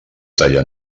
tallar